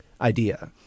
idea